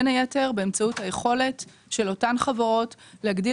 בין היתר באמצעות היכולת של אותן חברות להגדיל